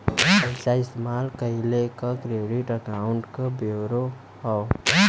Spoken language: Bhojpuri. पइसा इस्तेमाल कइले क क्रेडिट अकाउंट क ब्योरा हौ